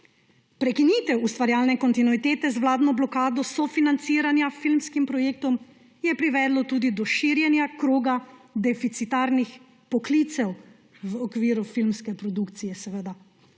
Prekinitev ustvarjalne kontinuitete z vladno blokado sofinanciranja filmskim projektom je privedlo tudi do širjenja kroga deficitarnih poklicev v okviru filmske produkcije.